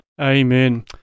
Amen